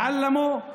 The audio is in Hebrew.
תלמדו,